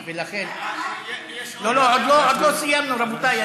לא, לא, עוד לא סיימנו, רבותיי.